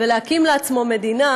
ולהקים לעצמו מדינה,